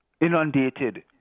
inundated